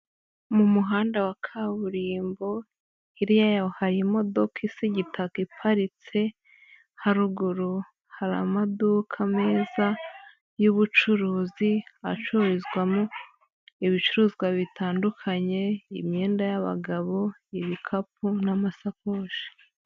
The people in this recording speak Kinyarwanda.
Mu muhanda wa kaburimbo, hirya yaho hari imodoka isa igitaka iparitse, haruguru hari amaduka meza y'ubucuruzi, acururizwamo ibicuruzwa bitandukanye, imyenda y'abagabo, ibikapu, n'amasakoshi.